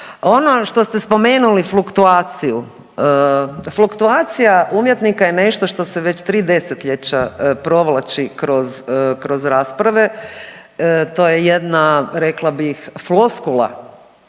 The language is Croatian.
Ono što ste spomenuli fluktuaciju, fluktuacija umjetnika je nešto što se već tri desetljeća provlači kroz rasprave. To je jedna rekla bih floskula.